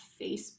facebook